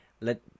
let